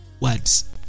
words